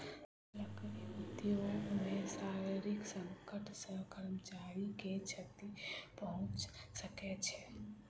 लकड़ी उद्योग मे शारीरिक संकट सॅ कर्मचारी के क्षति पहुंच सकै छै